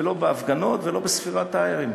ולא בהפגנות ולא בשרפת "טיירים"